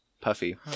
puffy